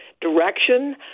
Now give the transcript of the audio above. direction